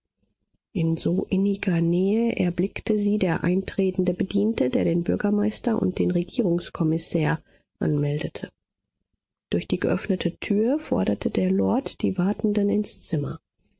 in so inniger nähe erblickte sie der eintretende bediente der den bürgermeister und den regierungskommissär anmeldete durch die geöffnete tür forderte der lord die wartenden ins zimmer